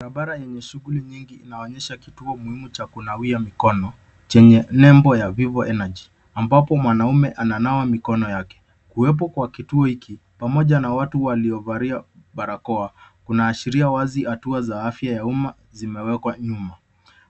Barabara yenye shughuli nyingi inaonyesha kituo muhimu cha kunawia mikono chenye nembo ya vivo energy ambapo mwanaume ananawa mikono yake, kuwepo kwa kituo hiki pamoja na watu waliovalia barakoa kunaashiria wazi hatua za afya ya umma zimewekwa nyuma